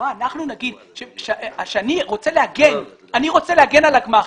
אני רוצה להגן על הגמ"ח.